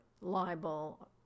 libel